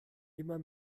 immer